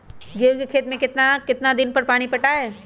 गेंहू के खेत मे कितना कितना दिन पर पानी पटाये?